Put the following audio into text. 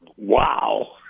Wow